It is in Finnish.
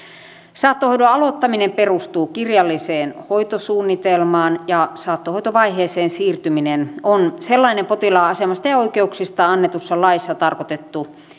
saattohoidon aloittaminen perustuu kirjalliseen hoitosuunnitelmaan ja saattohoitovaiheeseen siirtyminen on sellainen potilaan asemasta ja oikeuksista annetussa laissa tarkoitettu